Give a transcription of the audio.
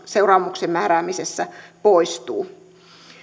seuraamuksen määräämisessä poistuu